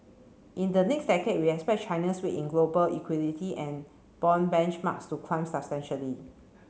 in the next decade we expect China's weight in global equity and bond benchmarks to climb substantially